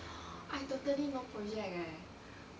I totally no project eh